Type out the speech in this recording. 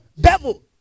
devil